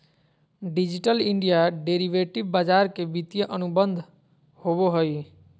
digital India derivative बाजार के वित्तीय अनुबंध होबो हइ